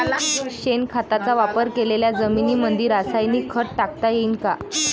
शेणखताचा वापर केलेल्या जमीनीमंदी रासायनिक खत टाकता येईन का?